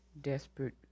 desperate